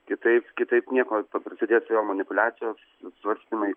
kitaip kitaip nieko prasidės vėl manipuliacijos svarstymai